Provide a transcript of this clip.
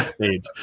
page